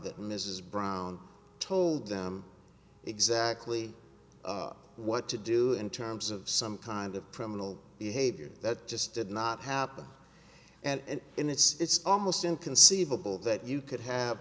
that mrs brown told them exactly what to do in terms of some kind of criminal behavior that just did not happen and in it's almost inconceivable that you could have